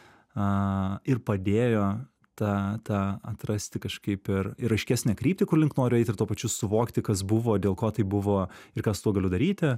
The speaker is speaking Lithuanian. aaa ir padėjo tą tą atrasti kažkaip ir ir aiškesnę kryptį kur link noriu eit ir tuo pačiu suvokti kas buvo dėl ko taip buvo ir ką su tuo galiu daryti